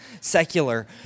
secular